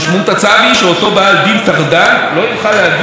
משמעות הצו היא שאותו בעל דין טרדן לא יוכל להגיש